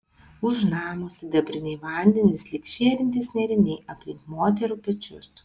už namo sidabriniai vandenys lyg žėrintys nėriniai aplink moterų pečius